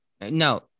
no